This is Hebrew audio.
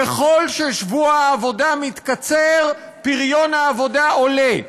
ככל ששבוע העבודה מתקצר, פריון העבודה עולה.